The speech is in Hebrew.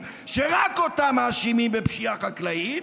שיעלה כאן כנראה בסוף היום,